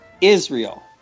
Israel